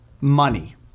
money